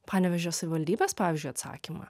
panevėžio savivaldybės pavyzdžiui atsakymą